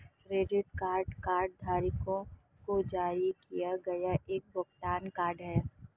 credit card कार्डधारकों को जारी किया गया एक भुगतान कार्ड है